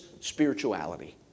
spirituality